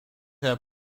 have